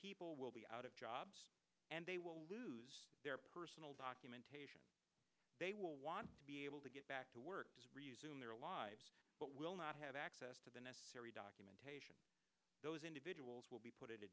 people will be out of jobs and they will lose their personal documentation they will want to be able to get back to work to resume their lives but will not have access to the necessary documentation those individuals will be put